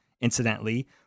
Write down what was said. incidentally